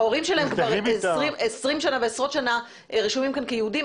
ההורים שלהם כבר 20 שנה ועשרות שנים רשומים כאן כיהודים,